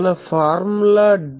మన formula D